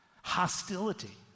hostility